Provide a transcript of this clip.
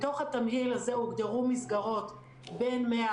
בתוך התמהיל הזה הוגדרו מסגרות בין מאה